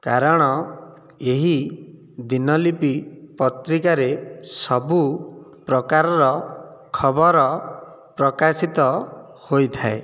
କାରଣ ଏହି ଦୀନଲିପି ପତ୍ରିକାରେ ସବୁ ପ୍ରକାରର ଖବର ପ୍ରକାଶିତ ହୋଇଥାଏ